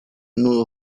nudo